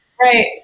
Right